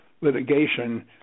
litigation